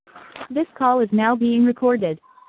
this call is know being recorded